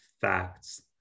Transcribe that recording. facts